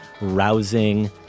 rousing